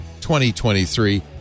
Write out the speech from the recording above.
2023